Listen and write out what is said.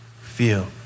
feel